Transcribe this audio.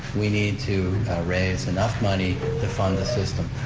we need to raise enough money to fund the system.